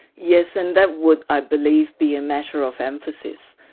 yes, and that would i believe be a matter of emphasis.